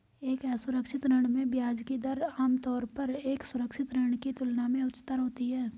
एक असुरक्षित ऋण में ब्याज की दर आमतौर पर एक सुरक्षित ऋण की तुलना में उच्चतर होती है?